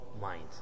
mind